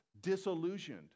disillusioned